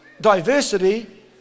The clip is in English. diversity